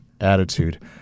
attitude